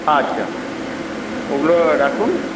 আচ্ছা ওগুলো রাখুন